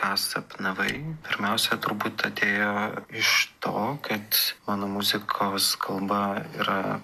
ką sapnavai pirmiausia turbūt atėjo iš to kad mano muzikos kalba yra